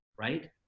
right